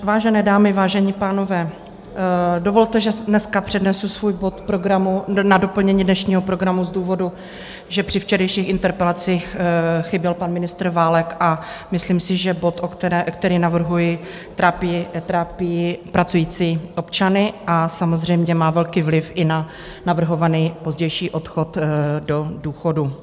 Vážené dámy, vážení pánové, dovolte, že dneska přednesu svůj bod na doplnění dnešního programu z důvodu, že při včerejších interpelacích chyběl pan ministr Válek, a myslím si, že bod, který navrhuji, trápí pracující občany a samozřejmě má velký vliv i na navrhovaný pozdější odchod do důchodu.